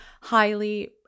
highly